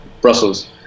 Brussels